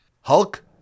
Hulk